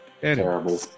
Terrible